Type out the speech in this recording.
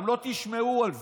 גם לא תשמעו על זה.